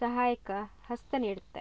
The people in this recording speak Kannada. ಸಹಾಯಕ ಹಸ್ತ ನೀಡುತ್ತೆ